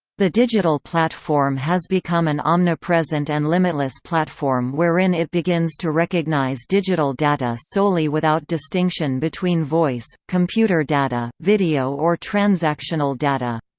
the digital platform has become an omnipresent and limitless platform wherein it begins to recognize digital data solely without distinction between voice, computer data, video or transactional data.